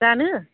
जानो